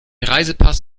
reisepass